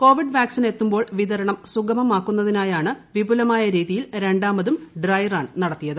Covid വാക്സിനെത്തുമ്പോൾ വിത്രണം സുഗമമാക്കുന്നതിനായാണ് വിപുലമായ രീതിയിൽ രണ്ടാമതും ഡ്രൈ റൺ നടത്തിയത്